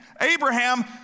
Abraham